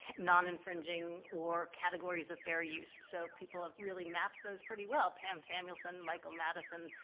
non-infringing or categories of fair use. so people have really mapped those pretty well, pam samuelson, michael madison,